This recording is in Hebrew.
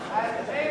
בהעברה.